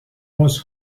was